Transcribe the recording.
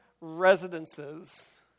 residences